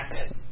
act